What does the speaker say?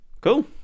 cool